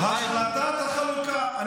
אני